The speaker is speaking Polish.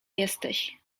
jesteś